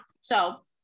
So-